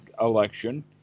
election